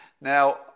Now